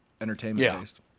entertainment-based